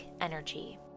energy